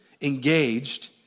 engaged